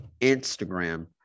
Instagram